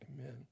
Amen